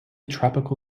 tropical